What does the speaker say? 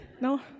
No